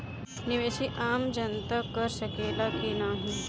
निवेस आम जनता कर सकेला की नाहीं?